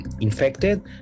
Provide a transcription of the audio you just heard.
infected